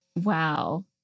Wow